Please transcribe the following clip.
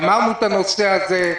גמרנו את הנושא הזה.